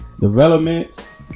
developments